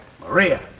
Maria